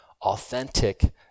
authentic